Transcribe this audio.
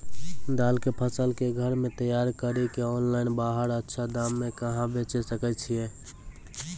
दाल के फसल के घर मे तैयार कड़ी के ऑनलाइन बाहर अच्छा दाम मे कहाँ बेचे सकय छियै?